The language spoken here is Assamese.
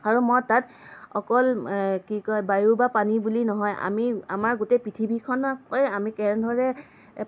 আৰু মই তাত অকল কি কয় বায়ু বা পানী বুলি নহয় আমি আমাৰ গোটেই পৃথিৱীিখনক লৈ আমি কেনেধৰণে